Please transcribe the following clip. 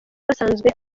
basanzwe